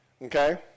Okay